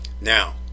now